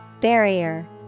Barrier